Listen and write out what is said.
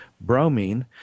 bromine